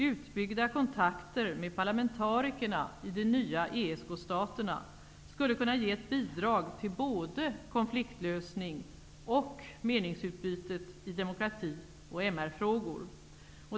Utbyggda kontakter med parlamentarikerna i de nya ESK-staterna skulle kunna ge ett bidrag både till konfliktlösning och till meningsutbytet i demokrati och MR frågor.